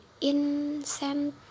incentive